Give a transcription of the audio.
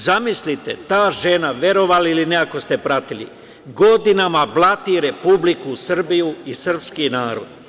Zamislite, ta žena, verovali ili ne, ako ste pratili, godinama blati Republiku Srbiju i srpski narod.